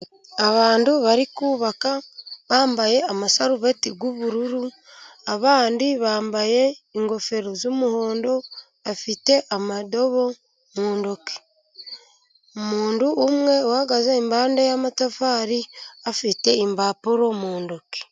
Abantu bari kubaka bambaye amasarubeti y'ubururu, abandi bambaye ingofero z'umuhondo. Bafite indobo mu ntoki, umuntu umwe uhagaze impande y'amatafari afite impapuro mu ntoki.